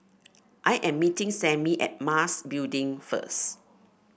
I am meeting Sammy at Mas Building first